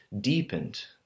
deepened